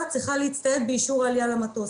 צריכה להצטייד באישור עלייה למטוס.